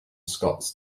scots